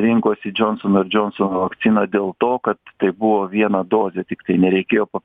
rinkosi johnson ir johnson vakciną dėl to kad tai buvo viena dozė tiktai nereikėjo pa